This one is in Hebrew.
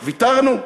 ויתרנו?